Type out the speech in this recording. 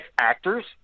actors